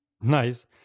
nice